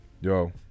Yo